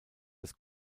des